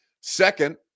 Second